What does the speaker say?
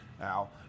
Al